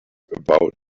about